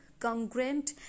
congruent